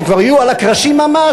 כשכבר יהיו על הקרשים ממש,